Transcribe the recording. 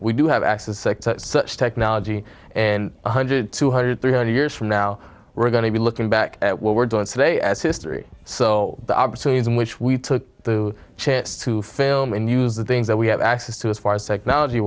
we do have access to such technology and one hundred two hundred three hundred years from now we're going to be looking back at what we're doing today as history so the opportunities in which we took the chance to film and use the things that we have access to as far as technology